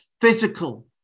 physical